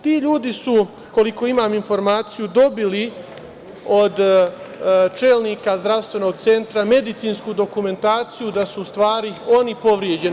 Ti ljudi su, koliko imam informaciju, dobili od čelnika zdravstvenog centra medicinsku dokumentaciju da su u stvari oni povređeni.